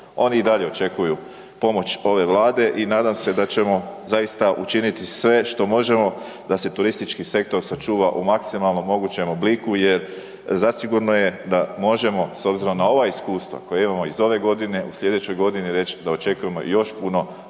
Oni i dalje očekuju pomoć ove Vlade i nadam se da ćemo zaista učiniti sve što možemo da se turistički sektor sačuva u maksimalno mogućem obliku jer zasigurno je da možemo s obzirom na ova iskustva koja imamo iz ove godine u sljedećoj godini reći da očekujemo još puno